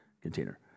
container